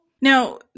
Now